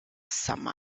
some